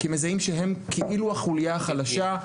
מזהים שהם "החולייה החלשה",